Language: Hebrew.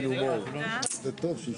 אוקי,